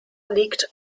liegt